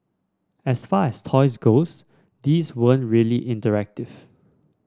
as far as toys goes these really interactive